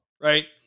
right